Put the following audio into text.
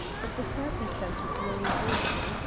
but the circumstances were revolting,